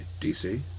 DC